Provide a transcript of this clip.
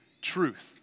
truth